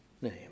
name